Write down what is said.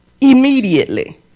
Immediately